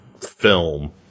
film